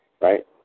right